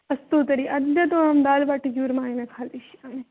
अस्तु तर्हि अद्य तु अहं दालबाटिचूर्मा एव खादिष्यामि